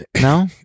no